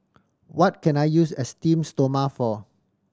what can I use Esteem Stoma for